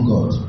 God